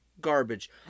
garbage